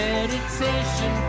Meditation